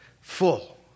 full